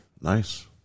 Nice